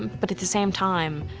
but at the same time,